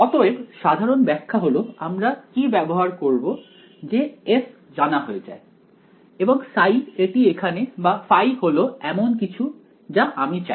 অতএব সাধারন ব্যাখ্যা হল আমরা কি ব্যবহার করবো যে f জানা হয়ে যায় এবং ψ এটি এখানে বা ϕ হল এমন কিছু যা আমি চাই